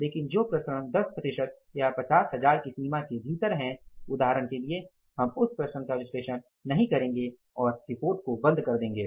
लेकिन जो प्रसरण 10 प्रतिशत या 50 हजार की सीमा के भीतर हैं उदाहरण के लिए हम उस प्रसरण का विश्लेषण नहीं करेंगे और हम रिपोर्ट को बंद कर देंगे